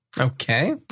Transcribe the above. Okay